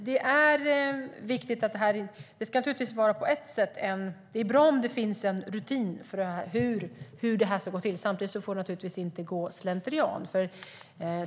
Det är bra om det finns en rutin för hur det här ska gå till. Samtidigt får det naturligtvis inte gå slentrian i det.